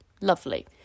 Lovely